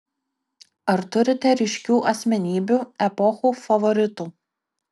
ar turite ryškių asmenybių epochų favoritų